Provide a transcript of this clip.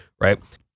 right